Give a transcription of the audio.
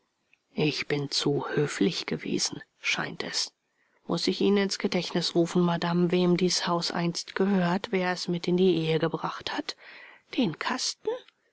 ich bin zu höflich gewesen scheint es muß ich ihnen ins gedächtnis rufen madame wem dies haus einst gehört wer es mit in die ehe gebracht hat den kasten